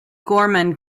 gorman